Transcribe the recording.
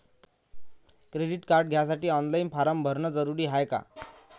Credit card घ्यासाठी online form भरन जरुरीच हाय का?